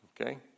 okay